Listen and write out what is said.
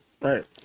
Right